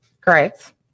Correct